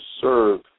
serve